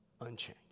unchanged